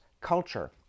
culture